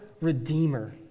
Redeemer